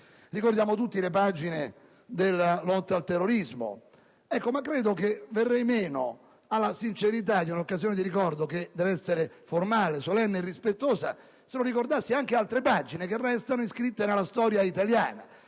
Ricordiamo tutti le pagine della lotta al terrorismo. Credo che verrei meno alla sincerità di un'occasione di ricordo, che deve essere formale, solenne e rispettosa, se non ricordassi anche altre pagine che restano scritte nella storia italiana.